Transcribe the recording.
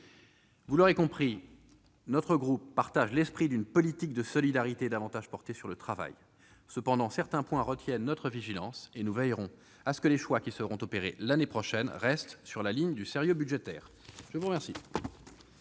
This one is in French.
Vous l'aurez compris, notre groupe partage l'esprit d'une politique de solidarité davantage portée sur le travail. Cependant, certains points retiennent notre vigilance et nous veillerons à ce que les choix qui seront opérés l'année prochaine restent sur la ligne du sérieux budgétaire. La parole